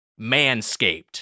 Manscaped